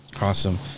awesome